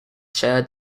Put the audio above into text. shared